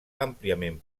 àmpliament